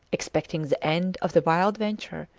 expecting the end of the wild venture,